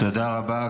תודה רבה.